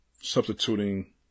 substituting